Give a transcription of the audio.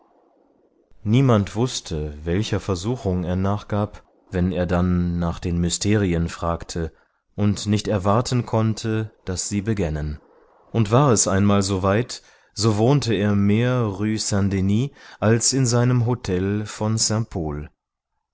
niemand wußte welcher versuchung er nachgab wenn er dann nach den mysterien fragte und nicht erwarten konnte daß sie begännen und war es einmal so weit so wohnte er mehr rue saint denis als in seinem hötel von